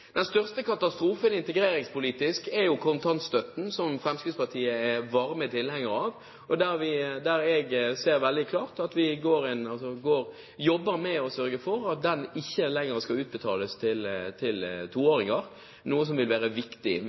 Den største katastrofen integreringspolitisk er jo kontantstøtten, som Fremskrittspartiet er varm tilhenger av, og der jeg ser veldig klart at vi jobber for at den ikke lenger skal utbetales for toåringer, noe som vil være viktig.